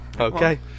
Okay